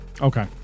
Okay